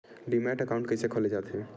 Demat account कइसे खोले जाथे?